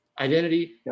Identity